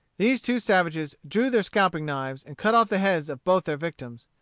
these two savages drew their scalping-knives and cut off the heads of both their victims.